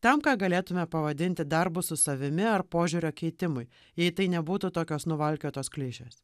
tam ką galėtumėme pavadinti darbu su savimi ar požiūrio keitimui į tai nebūtų tokios nuvalkiotos klišės